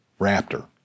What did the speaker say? Raptor